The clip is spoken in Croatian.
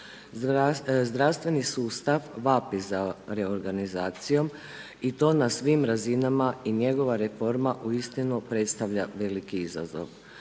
Zdravstveni sustav vapi za reorganizacijom i to na svim razinama i njegova reforma uistinu predstavlja veliki izazov.